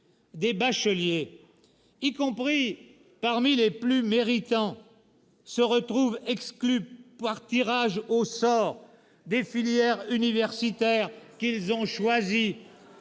des bacheliers, y compris parmi les plus méritants, se retrouvent exclus par tirage au sort des filières universitaires qu'ils ont choisies